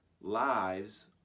lives